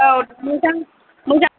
औ मोजां मोजां